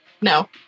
No